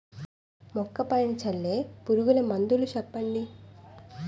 మొక్క పైన చల్లే పురుగు మందులు చెప్పండి?